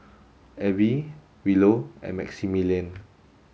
Abbey Willow and Maximilian